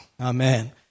Amen